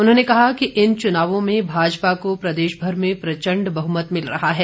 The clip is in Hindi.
उन्होंने कहा कि इन चुनावों में भाजपा को प्रदेश भर में प्रचंड बहुमत मिल रहा है